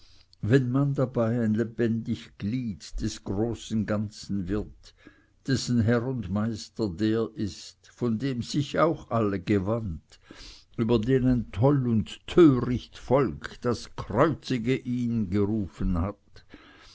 wenn man dabei ein lebendig glied des großen ganzen wird dessen herr und meister der ist von dem sich auch alle gewandt über den ein toll und töricht volk das kreuzige gerufen hat